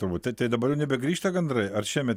turbūt tai tai dabar jau nebegrįžta gandrai ar šiemet